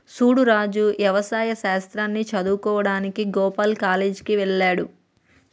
సూడు రాజు యవసాయ శాస్త్రాన్ని సదువువుకోడానికి గోపాల్ కాలేజ్ కి వెళ్త్లాడు